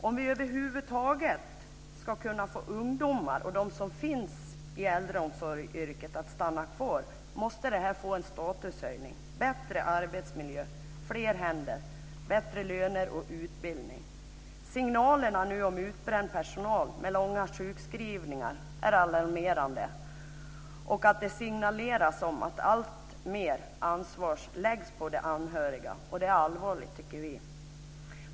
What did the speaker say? Om vi över huvud taget ska kunna få ungdomar till äldreomsorgsyrket, och dem som finns där att stanna kvar, måste det få en statushöjning - bättre arbetsmiljö, fler händer, bättre löner och utbildning. Signalerna om utbränd personal med långa sjukskrivningar är alarmerande, liksom signalerna om att alltmer ansvar läggs på de anhöriga. Det är allvarligt, tycker vi.